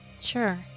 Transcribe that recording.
Sure